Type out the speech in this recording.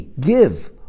give